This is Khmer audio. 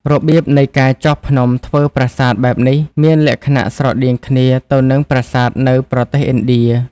របៀបនៃការចោះភ្នំធ្វើប្រាសាទបែបនេះ មានលក្ខណៈស្រដៀងគ្នាទៅនឹងប្រាសាទនៅប្រទេសឥណ្ឌា។